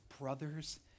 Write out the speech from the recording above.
brothers